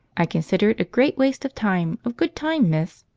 i consider it a great waste of time, of good time, miss,